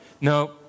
No